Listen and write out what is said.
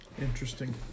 Interesting